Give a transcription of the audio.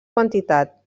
quantitat